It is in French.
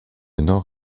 nord